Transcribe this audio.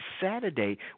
Saturday